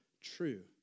true